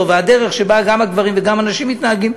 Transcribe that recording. ומהדרך שבה גם הגברים וגם הנשים מתנהגים,